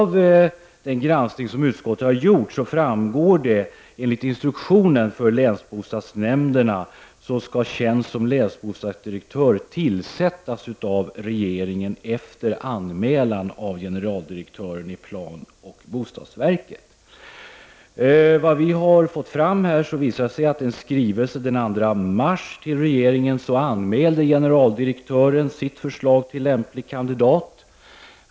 Vid den granskning som utskottet har gjort har det framgått, enligt förordningen med instruktion för länsbostadsnämnderna, att tjänst som länsbostadsdirektör skall tillsättas av regeringen efter anmälan av generaldirektören i planoch bostadsverket. Av vad vi har fått fram här framgår att generaldirektören i en skrivelse den 2 mars till regeringen anmälde sitt förslag till lämplig kandidat.